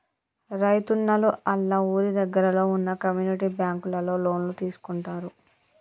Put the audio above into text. రైతున్నలు ఆళ్ళ ఊరి దగ్గరలో వున్న కమ్యూనిటీ బ్యాంకులలో లోన్లు తీసుకుంటారు